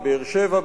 בבאר-שבע,